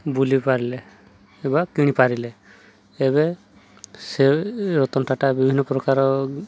ବୁଲି ପାରିଲେ ବା କିଣିପାରିଲେ ଏବେ ସେ ରତନଟାଟା ବିଭିନ୍ନ ପ୍ରକାର